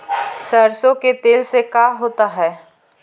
सरसों के तेल से का होता है?